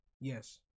Yes